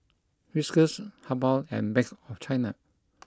Whiskas Habhal and Bank of China